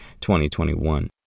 2021